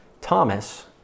Thomas